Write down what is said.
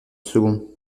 second